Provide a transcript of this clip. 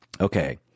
okay